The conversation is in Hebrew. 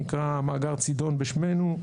נקרא מאגר צידון בשמנו.